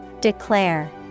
Declare